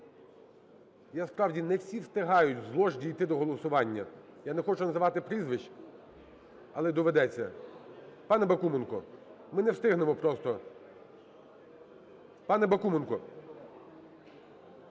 Я, справді… Не всі встигають з лож дійти до голосування. Я не хочу називати прізвищ, але доведеться. Пане Бакуменко, ми не встигнемо просто. Пане Бакуменко!